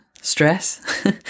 stress